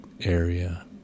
area